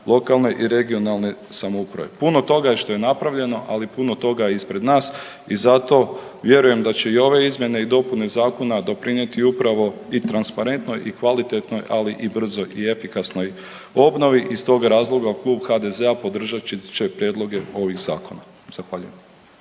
lokalne i regionalne samouprave. Puno toga je što je napravljeno, ali i puno toga je ispred nas i zato vjerujem da će i ove izmjene i dopune zakona doprinijeti upravo i transparentnoj i kvalitetnoj, ali i brzoj i efikasnoj obnovi. Iz tog razloga Klub HDZ-a podržat će prijedloge ovih zakona. Zahvaljujem.